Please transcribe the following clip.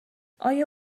آیا